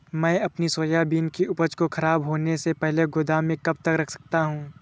मैं अपनी सोयाबीन की उपज को ख़राब होने से पहले गोदाम में कब तक रख सकता हूँ?